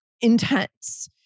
intense